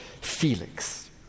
Felix